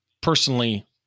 personally